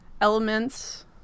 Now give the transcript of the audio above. elements